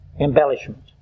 embellishment